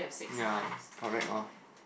ya correct oh